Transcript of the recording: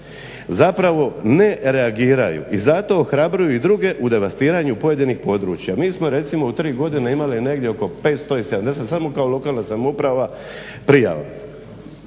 Zapravo ne reagiraju i zato ohrabruju i druge u devastiranju pojedinih područja. Mi smo recimo u 3 godine imali negdje oko 577 kao lokalna samouprava, prijava.